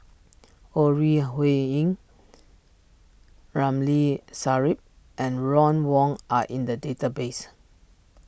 Ore Huiying Ramli Sarip and Ron Wong are in the database